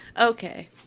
okay